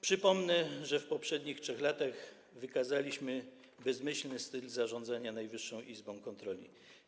Przypomnę, że w poprzednich 3 latach ukazaliśmy bezmyślny styl zarządzania Najwyższą Izbą Kontroli.